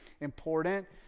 important